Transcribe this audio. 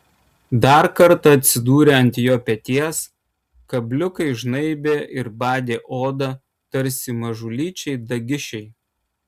dar kartą atsidūrė ant jos peties kabliukai žnaibė ir badė odą tarsi mažulyčiai dagišiai